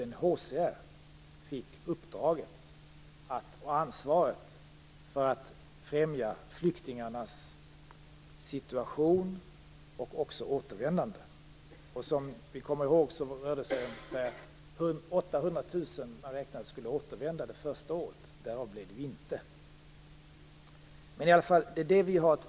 UNHCR fick ansvaret för att främja flyktingarnas situation och också deras återvändande. Som vi minns räknade man med att ungefär 800 000 skulle återvända det första året, men därav blev ju intet.